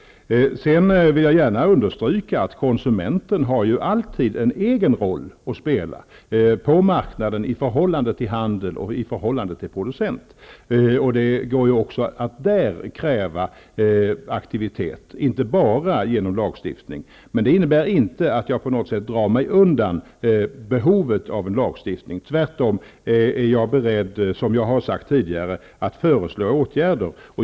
Jag vill också understryka att konsumenten alltid har en egen roll att spela på marknaden i förhållande till handel och till producent, och det går där att kräva aktivitet, inte bara genom lagstiftning. Det innebär inte att jag drar mig undan behovet av lagstiftning -- tvärtom är jag beredd, som jag har sagt tidigare, att förelå åtgärder.